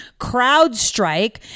CrowdStrike